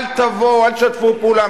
אל תשתפו פעולה,